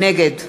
נגד